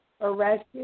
arrested